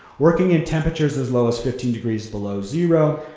working in temperatures as low as fifteen degrees below zero,